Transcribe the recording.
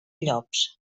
llops